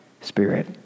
spirit